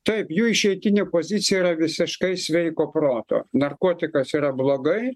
taip jų išeitinė pozicija yra visiškai sveiko proto narkotikas yra blogai